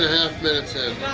half minutes in.